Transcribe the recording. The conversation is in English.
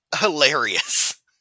hilarious